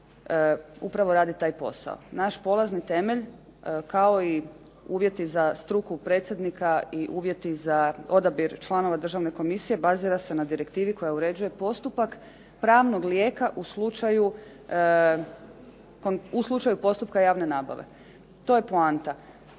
upravo radi taj posao. Naš polazni temelj, kao i uvjeti za struku predsjednika i uvjeti za odabir članova državne komisije bazira se na direktivi koja uređuje postupak pravnog lijeka u slučaju postupka javne nabave. To je poanta.